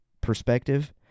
perspective